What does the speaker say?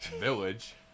village